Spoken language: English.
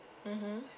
mmhmm